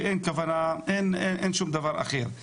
ואין שום דבר אחר.